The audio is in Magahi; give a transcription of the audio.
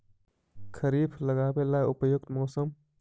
खरिफ लगाबे ला उपयुकत मौसम?